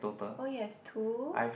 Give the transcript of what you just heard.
oh you have two